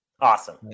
awesome